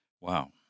wow